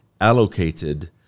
allocated